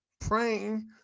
praying